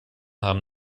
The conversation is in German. haben